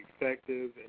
effective